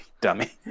dummy